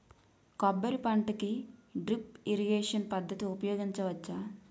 కొబ్బరి పంట కి డ్రిప్ ఇరిగేషన్ పద్ధతి ఉపయగించవచ్చా?